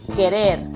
Querer